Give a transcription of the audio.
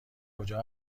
کجا